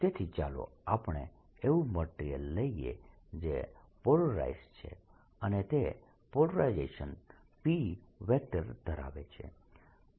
તેથી ચાલો આપણે એવું મટીરીયલ લઈએ જે પોલરાઇઝડ છે અને તે પોલરાઇઝેશન P ધરાવે છે